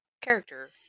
character